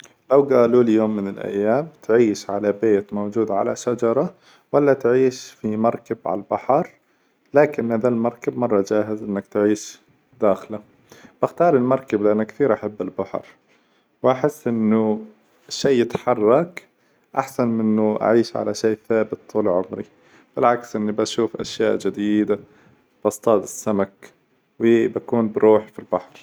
لو قالوا لي يوم من الأيام تعيش على بيت موجود على شجرة، ولا تعيش في مركب على البحر لكن هذا المركب مرة جاهز إنك تعيش داخله، باختار المركب لأن كثير أحب البحر وأحس إنه شي يتحرك أحسن من إنه أعيش على شي ثابت طول عمري، بالعكس إني بشوف أشياء جديدة، باصطاد السمك، وبيكون بروحي في البحر.